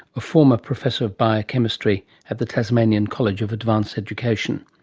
a former professor of biochemistry at the tasmanian college of advanced education.